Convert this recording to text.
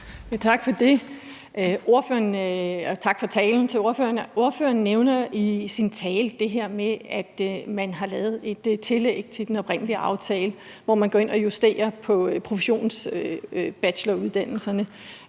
Tak for det, og tak til ordføreren for talen. Ordføreren nævner i sin tale det her med, at man har lavet et tillæg til den oprindelige aftale, hvor man går ind og justerer på professionsbacheloruddannelserne.